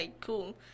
cool